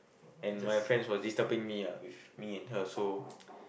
and my friends were disturbing me ah with me and her so